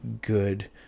good